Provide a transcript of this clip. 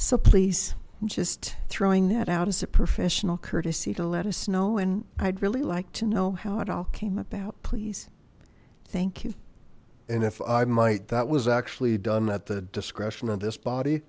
so please i'm just throwing that out as a professional courtesy to let us know and i'd really like to know how it all came about please thank you and if i might that was actually done at the discretion of this body